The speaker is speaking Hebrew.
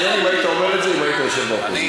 מעניין אם היית אומר את זה אם היית יושב באופוזיציה.